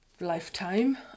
lifetime